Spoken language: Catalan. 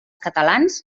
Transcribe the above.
catalans